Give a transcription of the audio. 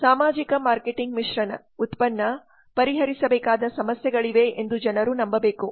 ಸಾಮಾಜಿಕ ಮಾರ್ಕೆಟಿಂಗ್ ಮಿಶ್ರಣ ಉತ್ಪನ್ನ ಪರಿಹರಿಸಬೇಕಾದ ಸಮಸ್ಯೆಗಳಿವೆ ಎಂದು ಜನರು ನಂಬಬೇಕು